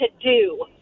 to-do